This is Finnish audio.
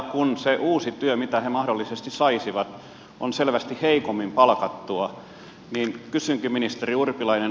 kun se uusi työ mitä he mahdollisesti saisivat on selvästi heikommin palkattua niin kysynkin ministeri urpilainen